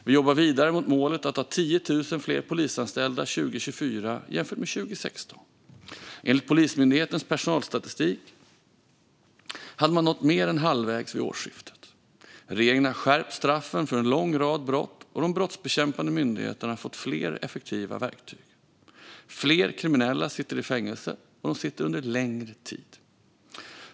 Vi jobbar vidare mot målet att ha 10 000 fler polisanställda 2024 jämfört med 2016. Enligt Polismyndighetens personalstatistik hade man nått mer än halvvägs vid årsskiftet. Regeringen har skärpt straffen för en lång rad brott, och de brottsbekämpande myndigheterna har fått fler effektiva verktyg. Fler kriminella sitter i fängelse, och de sitter under längre tid.